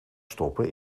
stoppen